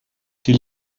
die